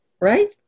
right